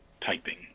typing